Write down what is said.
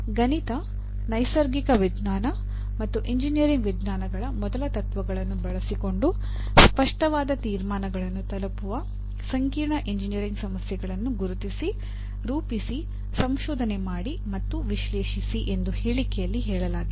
ಗಣಿತ ನೈಸರ್ಗಿಕ ವಿಜ್ಞಾನ ಮತ್ತು ಎಂಜಿನಿಯರಿಂಗ್ ವಿಜ್ಞಾನಗಳ ಮೊದಲ ತತ್ವಗಳನ್ನು ಬಳಸಿಕೊಂಡು ಸ್ಪಷ್ಟವಾದ ತೀರ್ಮಾನಗಳನ್ನು ತಲುಪುವ ಸಂಕೀರ್ಣ ಎಂಜಿನಿಯರಿಂಗ್ ಸಮಸ್ಯೆಗಳನ್ನು ಗುರುತಿಸಿ ರೂಪಿಸಿ ಸಂಶೋಧನೆ ಮಾಡಿ ಮತ್ತು ವಿಶ್ಲೇಷಿಸಿ ಎಂದು ಹೇಳಿಕೆಯಲ್ಲಿ ಹೇಳಲಾಗಿದೆ